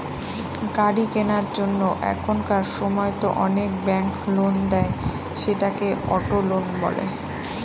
গাড়ি কেনার জন্য এখনকার সময়তো অনেক ব্যাঙ্ক লোন দেয়, সেটাকে অটো লোন বলে